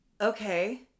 Okay